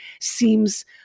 seems